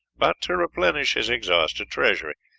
but to replenish his exhausted treasury.